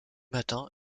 matin